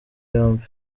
yombi